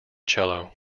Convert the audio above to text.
cello